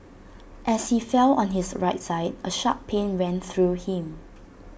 as he fell on his right side A sharp pain ran through him